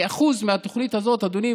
זה כ-1% מהתוכנית הזאת אדוני,